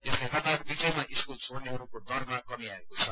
यसले गर्दा बीचैमा स्कूल छोड़नेहरूको दरमा कमी आएको छ